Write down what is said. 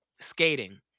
skating